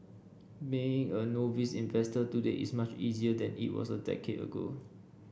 being a novice investor today is much easier than it was a decade ago